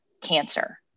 cancer